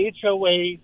HOA